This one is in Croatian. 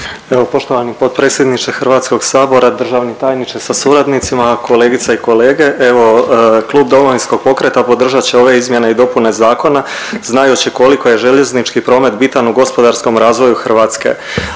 poštovani potpredsjedniče HS-a, državni tajniče sa suradnicima, kolegice i kolege. Evo klub Domovinskog pokreta podržat će ove izmjene i dopune zakona znajući koliko je željeznički promet bitan u gospodarskom razvoju Hrvatske. Jedino